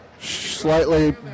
Slightly